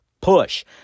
push